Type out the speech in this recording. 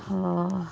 ᱦᱳᱭ